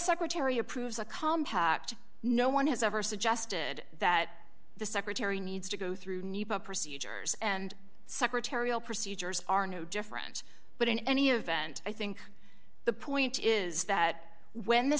secretary approves a compact no one has ever suggested that the secretary needs to go through new procedures and secretarial procedures are no different but in any event i think the point is that when the